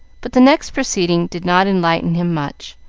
but the next proceeding did not enlighten him much,